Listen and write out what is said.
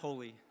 holy